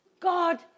God